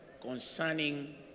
concerning